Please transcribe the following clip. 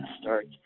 start